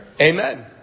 Amen